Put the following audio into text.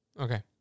Okay